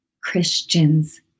Christians